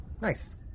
Nice